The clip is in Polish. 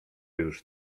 już